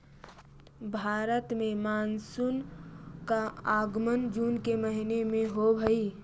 भारत में मानसून का आगमन जून के महीने में होव हई